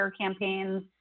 campaigns